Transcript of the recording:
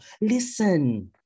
Listen